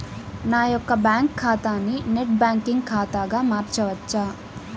నా యొక్క బ్యాంకు ఖాతాని నెట్ బ్యాంకింగ్ ఖాతాగా మార్చవచ్చా?